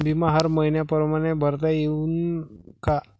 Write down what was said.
बिमा हर मइन्या परमाने भरता येऊन का?